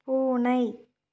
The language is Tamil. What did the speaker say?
பூனை